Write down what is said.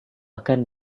akan